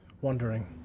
wondering